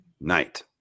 night